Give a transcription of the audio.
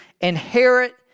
inherit